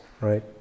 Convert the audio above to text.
right